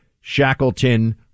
Shackleton